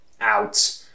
out